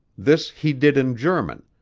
this he did in german,